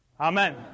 Amen